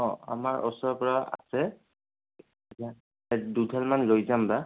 অঁ আমাৰ ওচৰ পৰা আছে লৈ যাম